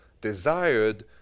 desired